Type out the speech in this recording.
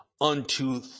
unto